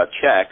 checks